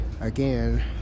again